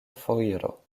foiro